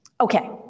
Okay